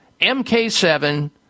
MK7